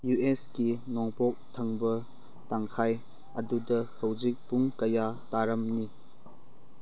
U ꯑꯦꯁꯀꯤ ꯅꯣꯡꯄꯣꯛ ꯊꯪꯕ ꯇꯪꯈꯥꯏ ꯑꯗꯨꯗ ꯍꯧꯖꯤꯛ ꯄꯨꯡ ꯀꯌꯥ ꯇꯥꯔꯝꯅꯤ